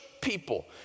People